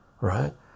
right